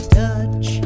touch